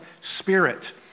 Spirit